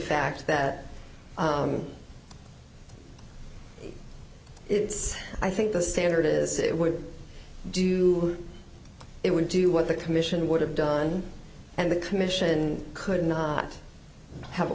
fact that it's i think the standard is it would do it would do what the commissioner would have done and the commission could not have